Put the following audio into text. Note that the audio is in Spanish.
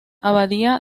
abadía